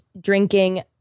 drinking